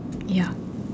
ya